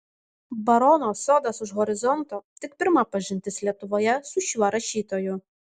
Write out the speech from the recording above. barono sodas už horizonto tik pirma pažintis lietuvoje su šiuo rašytoju